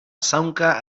zaunka